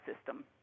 system